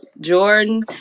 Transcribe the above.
Jordan